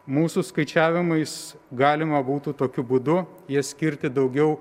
mūsų skaičiavimais galima būtų tokiu būdu jas skirti daugiau